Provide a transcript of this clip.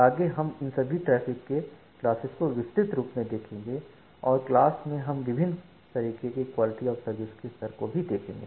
आगे हम इन सभी ट्रैफिक के क्लासेस को विस्तृत रूप में देखेंगे और क्लास में हम विभिन्न तरीके के क्वालिटी ऑफ़ सर्विस के स्तर को भी देखेंगे